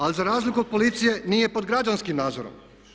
Ali za razliku od policije nije pod građanskim nadzorom.